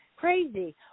crazy